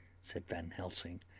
said van helsing.